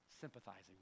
Sympathizing